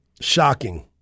Shocking